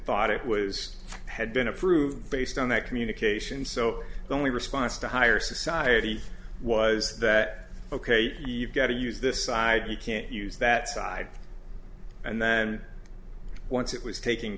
thought it was had been approved based on that communication so the only response to higher society was that ok you've got to use this side you can't use that side and then once it was taking